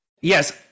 Yes